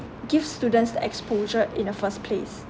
gives students the exposure in the first place